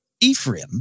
Ephraim